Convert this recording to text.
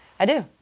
i do.